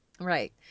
Right